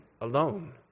alone